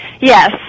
Yes